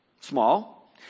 small